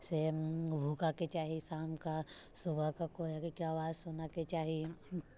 से भूकयके चाही शामके सुबहके कोयलके आवाज सुनयके चाही